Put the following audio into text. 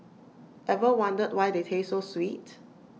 ever wondered why they taste so sweet